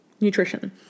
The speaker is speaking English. nutrition